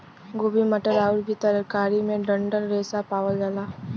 गोभी मटर आउर भी तरकारी में डंठल रेशा पावल जाला